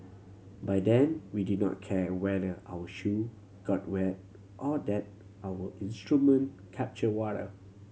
by then we didn't care whether our shoe got wet or that our instrument captured water